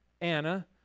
Anna